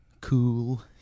cool